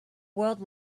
world